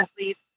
athletes